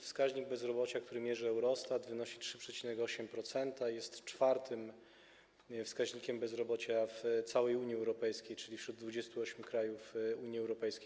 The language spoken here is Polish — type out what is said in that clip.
Wskaźnik bezrobocia, który mierzy Eurostat, wynosi 3,8% i jest czwartym wskaźnikiem bezrobocia w całej Unii Europejskiej, czyli wśród 28 krajów Unii Europejskiej.